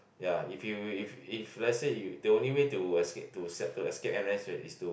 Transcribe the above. ya if you if if let's say you the only way to escape to to escape N_S right is to